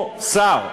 אין בו שר.